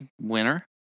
winner